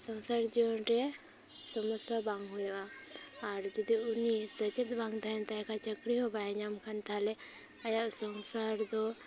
ᱥᱚᱝᱥᱟᱨ ᱡᱤᱭᱚᱱ ᱨᱮ ᱥᱚᱢᱚᱥᱥᱟ ᱵᱟᱝ ᱦᱩᱭᱭᱩᱜᱼᱟ ᱟᱨ ᱡᱩᱫᱤ ᱩᱱᱤ ᱥᱮᱪᱮᱫ ᱵᱟᱝ ᱛᱟᱦᱮᱱ ᱛᱟᱭᱠᱷᱟᱱ ᱪᱟᱹᱠᱨᱤ ᱦᱚᱸ ᱵᱟᱭ ᱧᱟᱢ ᱠᱷᱟᱱ ᱛᱟᱦᱚᱞᱮ ᱟᱭᱟᱜ ᱥᱚᱝᱥᱟᱨ ᱫᱚ